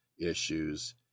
issues